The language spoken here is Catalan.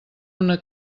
una